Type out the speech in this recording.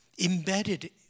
embedded